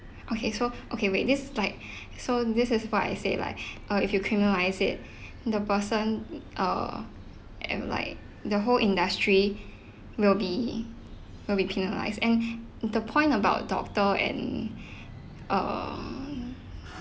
okay so okay wait this is like so this is what I said like uh if you criminalise it the person uh and like the whole industry will be will be penalised and the point about doctor and um